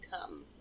come